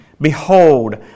Behold